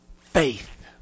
faith